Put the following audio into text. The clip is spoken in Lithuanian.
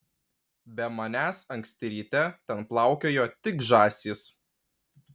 be manęs anksti ryte ten plaukiojo tik žąsys